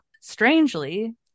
strangely